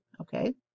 okay